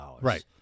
Right